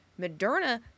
Moderna